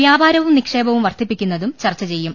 വ്യാപാരവും നിക്ഷേപവും വർധിപ്പിക്കുന്നതും ചർച്ച ചെയ്യും